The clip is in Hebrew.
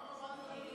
אתם עלולים להתבלבל,